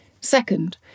Second